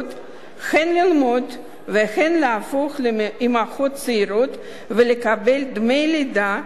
הן ללמוד והן להפוך לאמהות צעירות ולקבל דמי לידה עוד